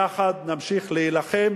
יחד נמשיך להילחם